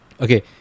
okay